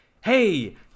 hey